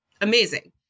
amazing